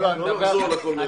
אין כלים.